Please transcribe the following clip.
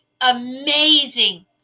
Amazing